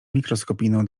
mikroskopijną